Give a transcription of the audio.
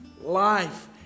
life